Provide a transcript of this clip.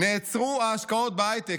נעצרו ההשקעות בהייטק.